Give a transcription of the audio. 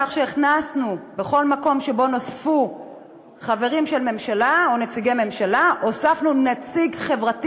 הכנסנו בכל מקום שבו נוספו חברי ממשלה או נציגי ממשלה נציג חברתי